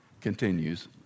continues